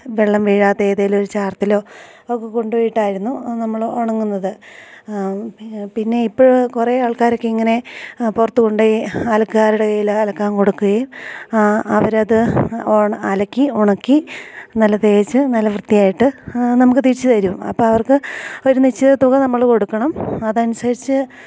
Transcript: വെള്ളം വീഴാത്ത ഏതേലും ഒരു ചാർത്തിലോ ഒക്കെ കൊണ്ടോയിട്ടായിരുന്നു നമ്മള് ഉണങ്ങുന്നത് പിന്നെ ഇപ്പഴ് കുറെ ആൾക്കാരൊക്കെ ഇങ്ങനെ പുറത്ത് കൊണ്ടുപോയി അലക്കുകാരുടെ കയ്യിൽ അലക്കാൻ കൊടുക്കുകയും അവരത് അലക്കി ഉണക്കി നല്ല തേച്ച് നല്ല വൃത്തിയായിട്ട് നമുക്ക് തിരിച്ച് തരും അപ്പം അവർക്ക് ഒരു നിശ്ചിത തുക നമ്മള് കൊടുക്കണം അതനുസരിച്ച്